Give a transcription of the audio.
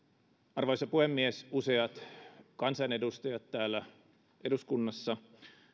arvoisa puhemies useat kansanedustajat täällä eduskunnassa